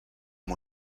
amb